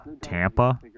Tampa